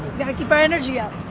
have to keep our energy up.